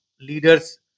leaders